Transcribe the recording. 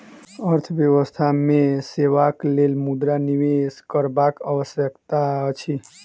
अर्थव्यवस्था मे सेवाक लेल मुद्रा निवेश करबाक आवश्यकता अछि